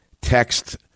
Text